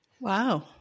Wow